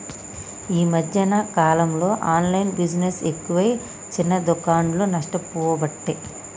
ఈ మధ్యన కాలంలో ఆన్లైన్ బిజినెస్ ఎక్కువై చిన్న దుకాండ్లు నష్టపోబట్టే